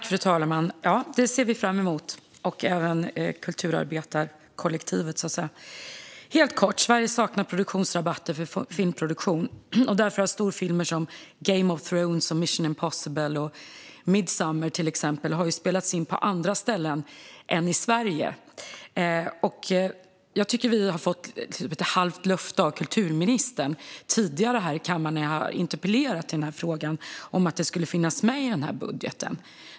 Fru talman! Det ser vi fram emot, och det gör även kulturarbetarkollektivet. Helt kort: Sverige saknar produktionsrabatter för filmproduktion. Därför har storproduktioner som Game of Thrones , Mission Impossible och Midsommar spelats in på andra ställen än i Sverige. Jag tycker att vi tidigare här i kammaren, när jag har interpellerat i frågan, har fått ett halvt löfte från kulturministern om att detta skulle finnas med i den här budgeten.